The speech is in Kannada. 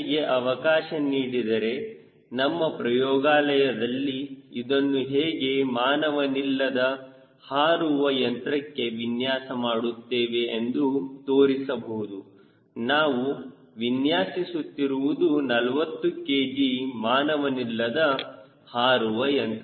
ನನಗೆ ಅವಕಾಶ ನೀಡಿದರೆ ನಮ್ಮ ಪ್ರಯೋಗಾಲಯದಲ್ಲಿ ಇದನ್ನು ಹೇಗೆ ಮಾನವನಿಲ್ಲದ ಹಾರುವ ಯಂತ್ರಕ್ಕೆ ವಿನ್ಯಾಸ ಮಾಡುತ್ತೇವೆ ಎಂದು ತೋರಿಸಬಹುದು ನಾವು ವಿನ್ಯಾಸುತ್ತಿರುವುದು 40 kg ಮಾನವನಿಲ್ಲದ ಹಾರುವ ಯಂತ್ರ